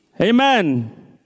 Amen